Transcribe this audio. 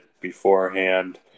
beforehand